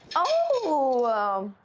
oh!